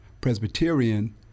Presbyterian